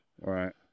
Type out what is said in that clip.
right